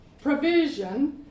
provision